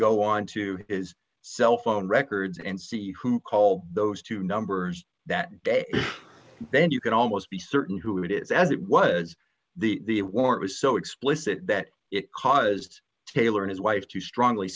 go on to his cell phone records and see who call those two numbers that day then you can almost be certain who it is as it was the warrant was so explicit that it caused taylor and his wife to strongly